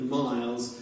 miles